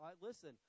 Listen